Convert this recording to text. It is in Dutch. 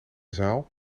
zaal